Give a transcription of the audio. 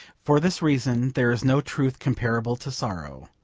for this reason there is no truth comparable to sorrow.